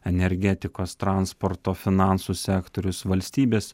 energetikos transporto finansų sektorius valstybės